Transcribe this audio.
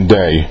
day